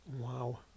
wow